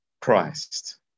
Christ